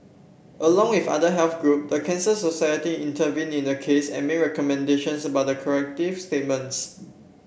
along with other health group the Cancer Society intervened in the case and made recommendations about the corrective statements